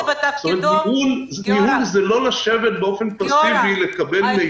ניהול זה לא לשבת באופן פסיבי ולקבל מידע.